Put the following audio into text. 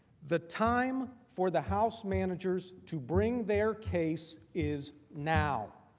the time for the house managers to bring their case is now.